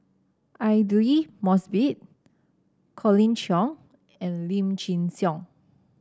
Aidli Mosbit Colin Cheong and Lim Chin Siong